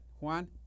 Juan